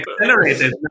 accelerated